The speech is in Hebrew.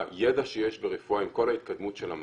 הידע שיש ברפואה, עם כל ההתקדמות של המדע,